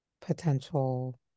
potential